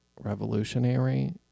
revolutionary